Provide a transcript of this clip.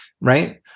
right